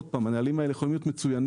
עוד פעם הנהלים האלה יכולים להיות מצוינים,